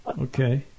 Okay